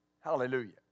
Hallelujah